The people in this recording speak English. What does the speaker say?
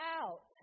out